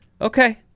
Okay